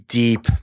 deep